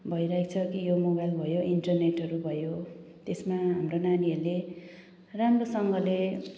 भइरहेको छ कि यो मोबाइल भयो इन्टरनेटहरू भयो त्यसमा हाम्रो नानीहरूले राम्रोसँगले